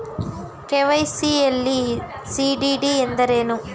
KYC ಯಲ್ಲಿ CDD ಎಂದರೇನು?